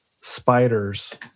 spiders